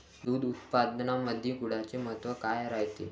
दूध उत्पादनामंदी गुळाचे महत्व काय रायते?